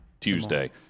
Tuesday